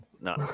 No